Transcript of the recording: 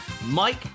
Mike